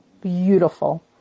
beautiful